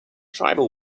tribal